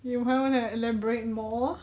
you might want to elaborate more